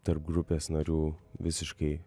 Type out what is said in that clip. tarp grupės narių visiškai